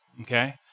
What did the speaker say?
okay